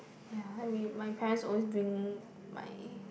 ya r~ my parents will always bring my